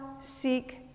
seek